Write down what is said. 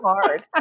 hard